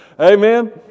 Amen